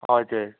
हजुर